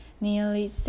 nearly